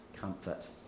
comfort